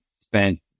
spent